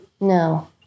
No